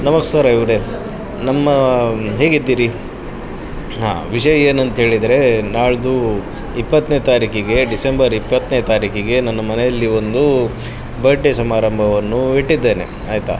ನಮಸ್ಕಾರ ಇವರೇ ನಮ್ಮ ಹೇಗಿದ್ದೀರಿ ವಿಷಯ ಏನಂಥೇಳಿದ್ರೆ ನಾಳಿದ್ದು ಇಪ್ಪತ್ತನೇ ತಾರೀಖಿಗೆ ಡಿಸೆಂಬರ್ ಇಪ್ಪತ್ತನೇ ತಾರೀಖಿಗೆ ನನ್ನ ಮನೆಯಲ್ಲಿ ಒಂದು ಬಡ್ಡೇ ಸಮಾರಂಭವನ್ನು ಇಟ್ಟಿದ್ದೇನೆ ಆಯಿತಾ